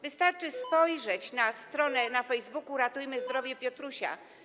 Wystarczy spojrzeć na stronę na Facebooku: Ratujemy zdrowie Piotrusia.